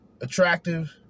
Attractive